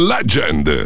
Legend